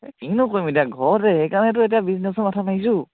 এই কিনো কৰিম এতিয়া ঘৰতে সেইকাৰণেতো এতিয়া বিজনেছৰ মাথা মাৰিছোঁ